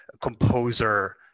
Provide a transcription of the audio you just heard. composer